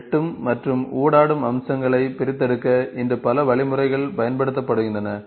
வெட்டும் மற்றும் ஊடாடும் அம்சங்களை பிரித்தெடுக்க இன்று பல வழிமுறைகள் பயன்படுத்தப்படுகின்றன